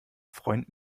freund